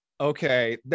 Okay